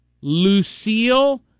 Lucille